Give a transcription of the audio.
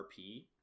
RP